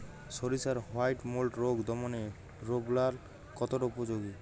সরিষার white mould রোগ দমনে রোভরাল কতটা উপযোগী?